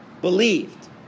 believed